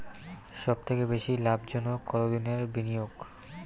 সবথেকে বেশি লাভজনক কতদিনের বিনিয়োগ?